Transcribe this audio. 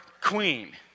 Queen